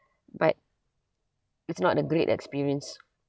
but it's not a great experience